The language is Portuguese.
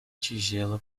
tigela